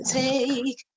take